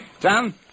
Tom